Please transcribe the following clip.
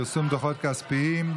פרסום דוחות כספיים.